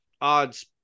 odds